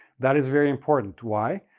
that is very important. why?